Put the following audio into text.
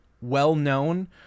well-known